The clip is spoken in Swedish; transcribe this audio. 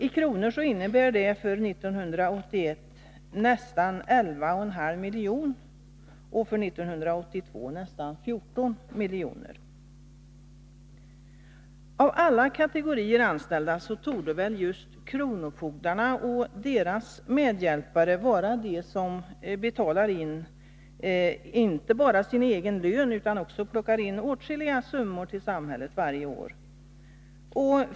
I kronor räknat innebär detta för 1981 nästan 11,5 miljoner och för 1982 nästan 14 milj.kr. Av alla kategorier anställda torde väl just kronofogdarna och deras medhjälpare vara de som betalar sig bäst. De tjänar in inte bara sin egen lön, utan plockar in avsevärda summor till samhället varje år.